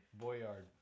Boyard